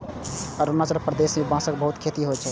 अरुणाचल प्रदेश मे बांसक बहुत खेती होइ छै